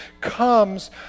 comes